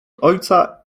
ojca